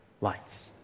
lights